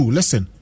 Listen